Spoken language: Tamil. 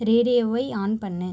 ரேடியோவை ஆன் பண்ணு